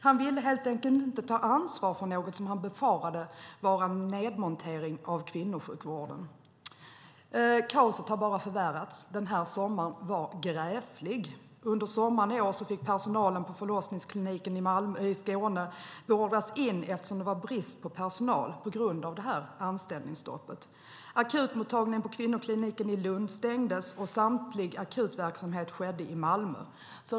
Han ville helt enkelt inte ta ansvar för något som han befarade var en nedmontering av kvinnosjukvården. Kaoset har bara förvärrats. Den här sommaren var gräslig. Under sommaren i år fick personalen på förlossningskliniken i Skåne beordras in eftersom det var brist på personal på grund av anställningsstoppet. Akutmottagningen på kvinnokliniken i Lund stängdes, och all akutverksamhet skedde i Malmö.